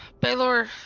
Baylor